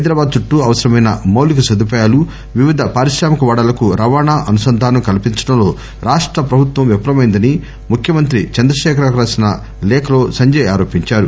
హైదరాబాద్ చుట్లూ అవసరమైన మౌలిక సదుపాయాలు వివిధ పారిశ్రామిక వాడలకు రవాణా అనుసంధానం కల్పించడంలో రాష్ట ప్రభుత్వం విఫలమైందని ముఖ్యమంత్రి చంద్రశేఖరరావుకు రాసిన లేఖలో సంజయ్ ఆరోపించారు